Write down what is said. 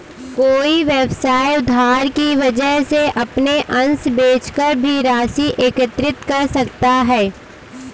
कोई व्यवसाय उधार की वजह अपने अंश बेचकर भी राशि एकत्रित कर सकता है